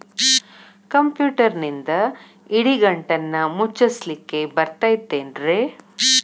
ಕಂಪ್ಯೂಟರ್ನಿಂದ್ ಇಡಿಗಂಟನ್ನ ಮುಚ್ಚಸ್ಲಿಕ್ಕೆ ಬರತೈತೇನ್ರೇ?